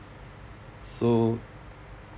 so